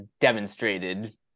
demonstrated